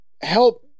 help